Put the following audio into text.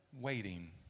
Waiting